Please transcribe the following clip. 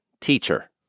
teacher